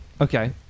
okay